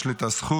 יש לי את הזכות